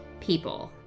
people